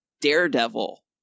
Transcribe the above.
daredevil